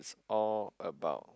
all about